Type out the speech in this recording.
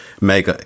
make